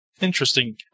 Interesting